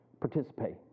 participate